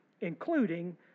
including